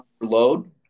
load